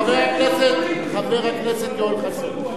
חבר הכנסת יואל חסון.